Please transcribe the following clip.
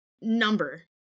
number